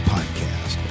Podcast